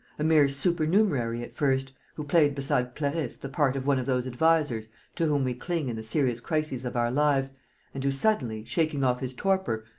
a mere supernumerary at first, who played beside clarisse the part of one of those advisers to whom we cling in the serious crises of our lives and who suddenly, shaking off his torpor,